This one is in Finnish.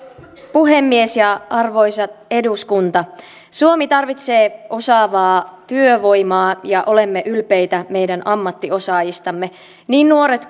puhemies arvoisa eduskunta suomi tarvitsee osaavaa työvoimaa ja olemme ylpeitä meidän ammattiosaajistamme niin nuoret